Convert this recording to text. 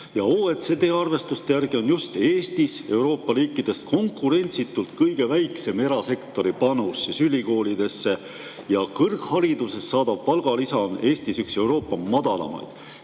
OECD arvestuste järgi on just Eestis Euroopa riikidest konkurentsitult kõige väiksem erasektori panus ülikoolidesse ja kõrgharidusest saadav palgalisa on Eestis üks Euroopa madalaimaid.